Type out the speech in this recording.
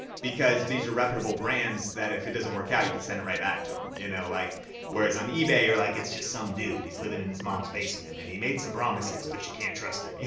because these are reputable brands that if it doesn't work out, you could send it right back to em. you know like whereas on ebay, you're like it's just some dude, he's living in his mom's basement and he made some promises but you can't trust him. you